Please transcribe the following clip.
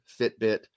Fitbit